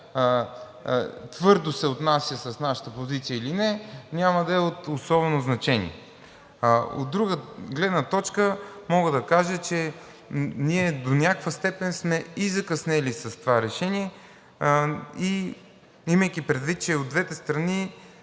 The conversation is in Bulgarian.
твърдо се отнася с нашата позиция или не, няма да е от особено значение. От друга гледна точка мога да кажа, че ние до някаква степен сме и закъснели с това решение. Имайки предвид, че от двете страни